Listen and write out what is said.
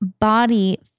body